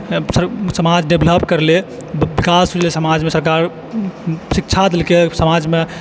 समाज डेवलप करलै विकास भेलै समाजमे सरकार शिक्षा देलकै समाजमे